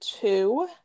two